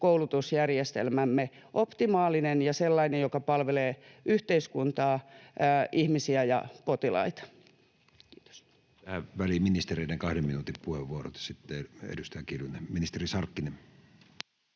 koulutusjärjestelmämme optimaalinen ja sellainen, joka palvelee yhteiskuntaa, ihmisiä ja potilaita?